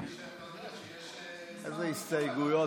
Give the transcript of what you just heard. איזה הסתייגויות?